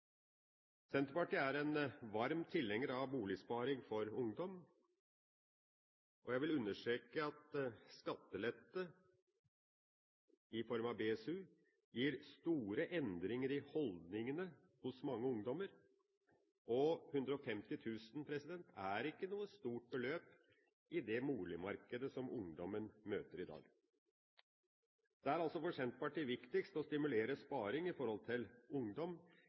Senterpartiet er en varm tilhenger av Boligsparing for ungdom, og jeg vil understreke at skattelette i form av BSU gir store endringer i holdningene hos mange ungdommer. 150 000 kr er ikke noe stort beløp i det boligmarkedet som ungdommen møter i dag. Det er altså for Senterpartiet viktigst å stimulere til sparing blant ungdom. Eldre har mange flere muligheter til